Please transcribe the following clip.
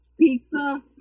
Pizza